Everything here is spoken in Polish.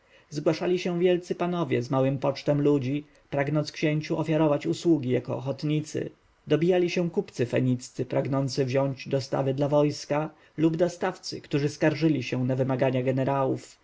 wiadomości zgłaszali się wielcy panowie z małym pocztem ludzi pragnąc księciu ofiarować usługi jako ochotnicy dobijali się kupcy feniccy pragnący wziąć dostawy dla wojska lub dostawcy którzy skarżyli się na wymagania jenerałów